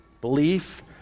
belief